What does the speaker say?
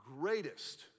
greatest